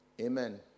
Amen